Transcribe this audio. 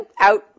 out